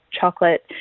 chocolate